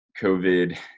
COVID